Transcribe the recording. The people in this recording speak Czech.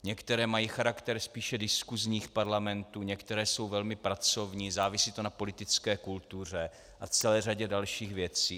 Některé mají charakter spíše diskusních parlamentů, některé jsou velmi pracovní, závisí to na politické kultuře a celé řadě dalších věcí.